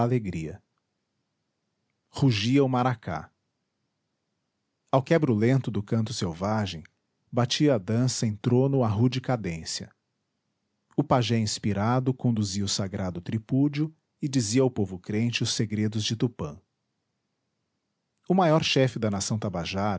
alegria rugia o maracá ao quebro lento do canto selvagem batia a dança em trono a rude cadência o pajé inspirado conduzia o sagrado tripúdio e dizia ao povo crente os segredos de tupã o maior chefe da nação tabajara